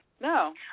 No